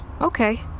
Okay